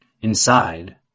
Inside